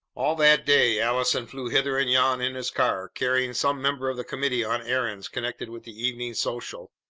all that day allison flew hither and yon in his car, carrying some member of the committee on errands connected with the evening social.